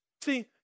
See